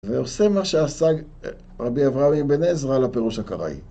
ועושה מה שעשה רבי אברהם אבן עזרא לפירוש הקראי.